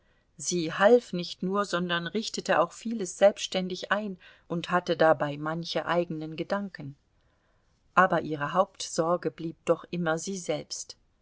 sie half nicht nur sondern richtete auch vieles selbständig ein und hatte dabei manche eigenen gedanken aber ihre hauptsorge blieb doch immer sie selbst